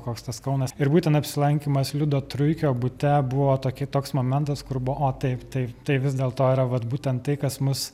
koks tas kaunas ir būtent apsilankymas liudo truikio bute buvo tokie toks momentas kur buvo o taip taip tai vis dėlto yra vat būtent tai kas mus